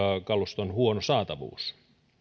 kaluston huono saatavuus